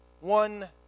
One